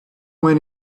went